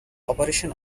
operation